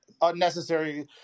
unnecessary